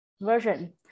version